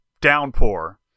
downpour